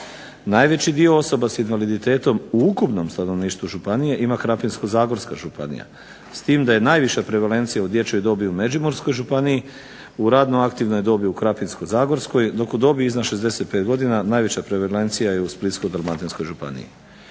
Najveći broj osoba sa invaliditetom u ukupnom stanovništvu županije ima Krapinsko-zagorska županija, s tim da je najveća prevalencija u dječjoj dobi u Međimurskoj županiji, u radno aktivnoj dobi u Krapinsko-zagorskoj dok u dobi iznad 65 godina najveća prevalencija je u Splitsko-dalmatinskoj županiji.